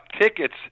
tickets